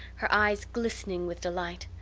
her eyes glistening with delight.